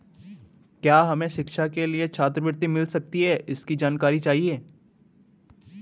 क्या हमें शिक्षा के लिए छात्रवृत्ति मिल सकती है इसकी जानकारी चाहिए?